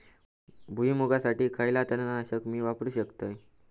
भुईमुगासाठी खयला तण नाशक मी वापरू शकतय?